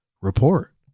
report